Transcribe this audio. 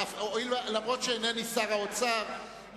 אף שאינני שר האוצר,